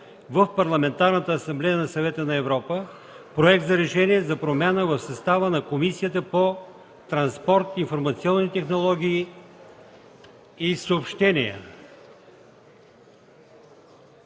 в Парламентарната асамблея на Съвета на Европа; - Проект за решение за промяна в състава на Комисията по транспорт, информационни технологии и съобщения.